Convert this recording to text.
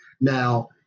Now